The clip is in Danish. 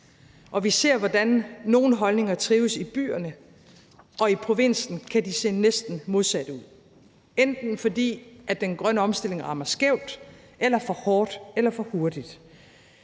og vi ser, hvordan nogle holdninger trives i byerne, og i provinsen kan de se næsten modsat ud. Det er, enten fordi den grønne omstilling rammer skævt eller for hårdt eller for hurtigt.